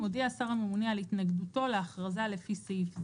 הודיע השר הממונה על התנגדותו לאכרזה לפי סעיף זה,